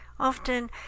Often